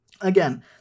Again